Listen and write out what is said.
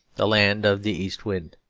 the land of the east wind.